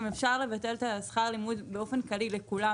אם אפשר לבטל את שכר הלימוד באופן כללי לכולם,